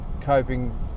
coping